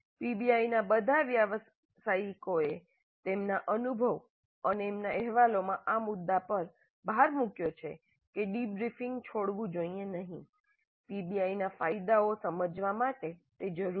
પીબીઆઈના બધા વ્યવસાયિકોએ તેમના અનુભવ અને તેમના અહેવાલોમાં આ મુદ્દા પર ભાર મૂક્યો છે કે ડિબ્રીફિંગ છોડવું જોઈએ નહીં પીબીઆઈના ફાયદાઓ સમજવા માટે તે જરૂરી છે